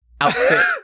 outfit